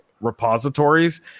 repositories